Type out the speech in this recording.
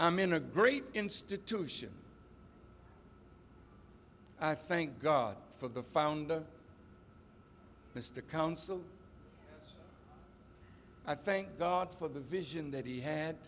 i'm in a great institution i thank god for the founder mr counsel i thank god for the vision that he had